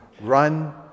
run